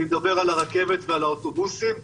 אני מדבר על הרכבת ועל האוטובוסים,